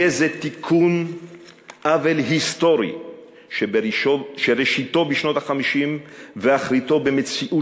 יהיה זה תיקון עוול היסטורי שראשיתו בשנות ה-50 ואחריתו במציאות